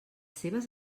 seves